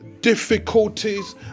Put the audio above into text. difficulties